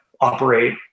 operate